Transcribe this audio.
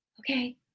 okay